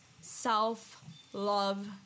self-love